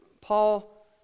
Paul